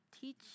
teach